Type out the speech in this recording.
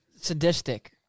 sadistic